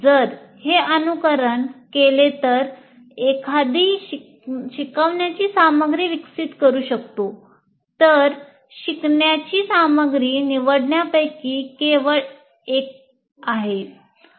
जर हे अनुसरण केले तर एखादी शिकवण्याची सामग्री विकसित करू शकतो तर शिकण्याची सामग्री निवडण्यापैकी केवळ एक आहे